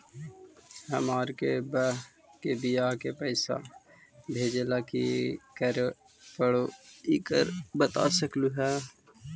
हमार के बह्र के बियाह के पैसा भेजे ला की करे परो हकाई बता सकलुहा?